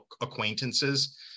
acquaintances